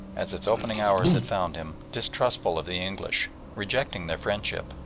as its opening hours had found him, distrustful of the english, rejecting their friendship,